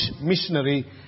missionary